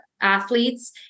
athletes